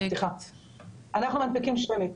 אנחנו מנפיקים שמית.